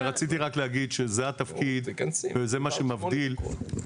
רציתי להגיד שזה התפקיד של העורך